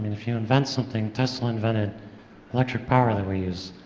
if you invent something, tesla invented electric power that we use,